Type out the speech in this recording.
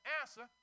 answer